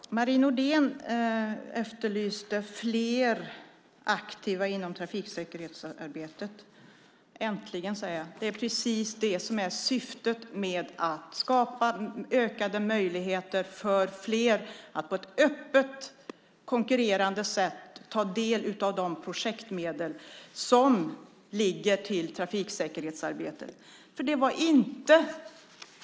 Herr talman! Marie Nordén efterlyste fler aktiva inom trafiksäkerhetsarbetet. Äntligen, säger jag. Det är precis det som är syftet med att skapa ökade möjligheter för fler att på ett öppet, konkurrerande sätt ta del av de projektmedel som finns till trafiksäkerhetsarbetet.